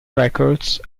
records